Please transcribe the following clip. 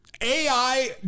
AI